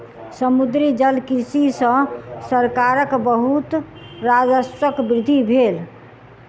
समुद्री जलकृषि सॅ सरकारक बहुत राजस्वक वृद्धि भेल